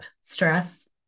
stress